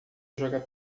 joga